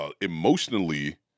emotionally